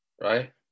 Right